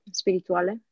spirituale